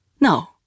No